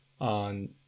on